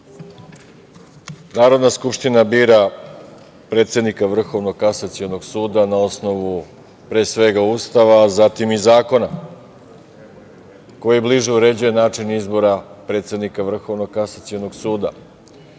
Narodna skupština bira predsednika Vrhovnog kasacionog suda na osnovu, pre svega, Ustava, a zatim i zakona koji bliže uređuje način izbora predsednika Vrhovnog kasacionog suda. Jedan